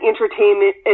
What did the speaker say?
entertainment